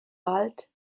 bald